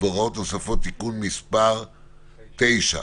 והוראות נוספות) (תיקון מס' 9),